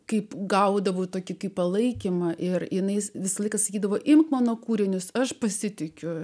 kaip gaudavau tokį kaip palaikymą ir jinai visą laiką sakydavo imk mano kūrinius aš pasitikiu